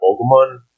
Pokemon